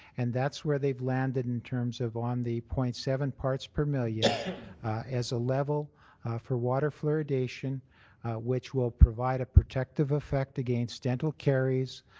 and that's where they've landed in terms of on the point seven parts per million as a level for water fluoridation which will provide a protective effect against dental caries,